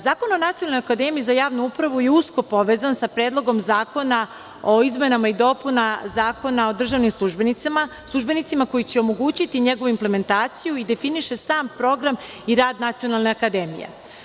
Zakon o Nacionalnoj akademiji za javnu upravu je usko povezan sa Predlogom zakona o izmenama i dopunama Zakona o državnim službenicima koji će omogućiti njegovu implementaciju i definiše sam program i rad Nacionalne akademije.